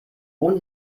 ohne